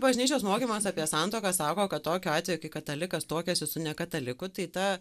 bažnyčios mokymas apie santuoką sako kad tokiu atveju kai katalikas tuokiasi su nekataliku tai ta